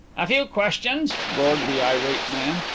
a few questions! roared the irate man.